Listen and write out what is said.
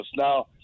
now